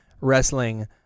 wrestling